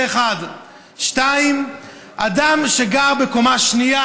זה, 1. 2. אדם שגר בקומה שנייה.